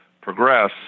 progress